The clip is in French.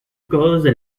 cause